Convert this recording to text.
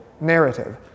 narrative